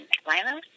Atlanta